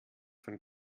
von